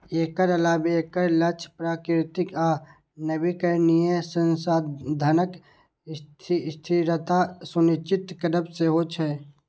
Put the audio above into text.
एकर अलावे एकर लक्ष्य प्राकृतिक आ नवीकरणीय संसाधनक स्थिरता सुनिश्चित करब सेहो छै